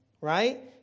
right